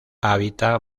habita